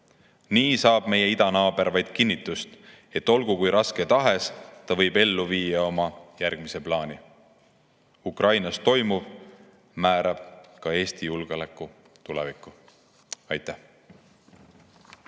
Muidu saab meie idanaaber vaid kinnitust, et olgu kui raske tahes, ta võib ellu viia oma järgmise plaani. Ukrainas toimuv määrab ka Eesti julgeoleku tuleviku. Aitäh!